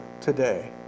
today